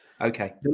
Okay